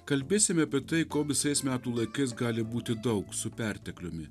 kalbėsime apie tai ko visais metų laikais gali būti daug su pertekliumi